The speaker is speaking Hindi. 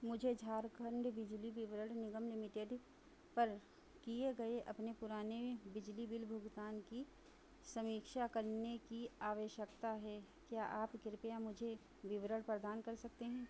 मुझे झारखंड बिजली वितरण निगम लिमिटेड पर किए गए अपने पुराने बिजली बिल भुगतान की समीक्षा करने की आवश्यकता है क्या आप कृपया मुझे विवरण प्रदान कर सकते हैं